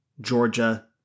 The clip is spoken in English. Georgia